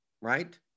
right